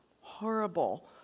horrible